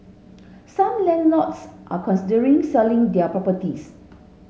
some landlords are considering selling their properties